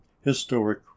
historic